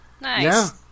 Nice